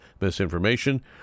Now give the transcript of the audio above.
misinformation